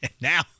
Now